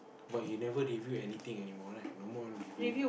but he never review anything anymore right no more reviewing